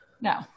No